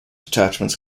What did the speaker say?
detachments